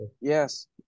Yes